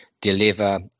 deliver